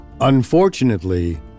Unfortunately